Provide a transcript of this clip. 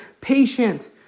patient